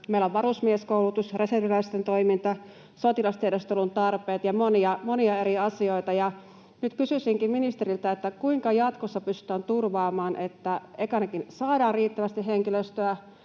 Meillä on varusmieskoulutus, reserviläisten toiminta, sotilastiedustelun tarpeet ja monia, monia eri asioita, ja nyt kysyisinkin ministeriltä, että kuinka jatkossa pystytään turvaamaan, että ekanakin saadaan riittävästi henkilöstöä,